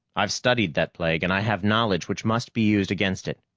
i've studied that plague, and i have knowledge which must be used against it.